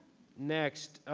next